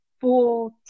full